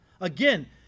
Again